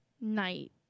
night